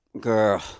Girl